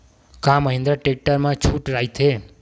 का महिंद्रा टेक्टर मा छुट राइथे?